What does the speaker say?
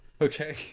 Okay